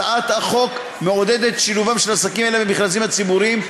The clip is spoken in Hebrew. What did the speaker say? הצעת החוק מעודדת את שילובם של עסקים אלה במכרזים הציבוריים,